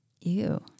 Ew